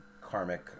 karmic